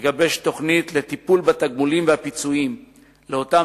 יגבש תוכנית לטיפול בתגמולים ובפיצויים לאותם